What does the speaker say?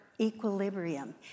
equilibrium